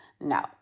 No